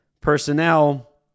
personnel